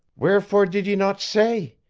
wherefore did ye not say?